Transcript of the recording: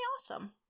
awesome